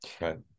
Right